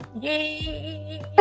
Yay